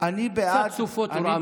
קצת סופות רעמים,